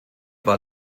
war